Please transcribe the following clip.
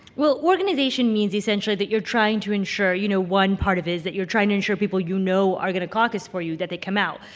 well, organization means essentially that you're trying to ensure you know, one part of is that you're trying to ensure people you know are going to caucus for you that they come out.